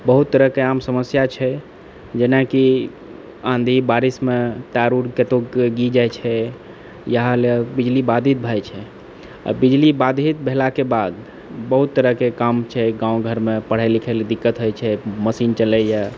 बहुत तरहके आम समस्या छै जेनाकि आँधी बारिशमे तार ऊर कतौ गिर जाइ छै इएह लए बिजली बाधित भए जाइ छै आओर बिजली बाधित भेलाके बाद बहुत तरहके काम छै गाँव घरमे पढ़ै लिखै लए दिक्कत होइ छै मशीन चलैया